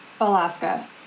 Alaska